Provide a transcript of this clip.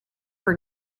for